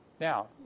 Now